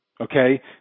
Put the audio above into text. Okay